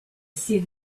see